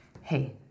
Hey